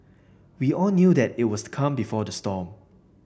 we all knew that it was the calm before the storm